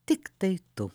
tiktai tu